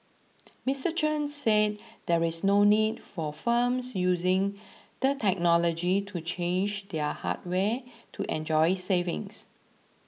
Mr Chen said there is no need for firms using the technology to change their hardware to enjoy savings